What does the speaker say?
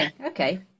okay